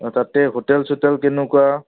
অঁ তাতে হোটেল চোটেল কেনেকুৱা